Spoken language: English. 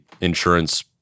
insurance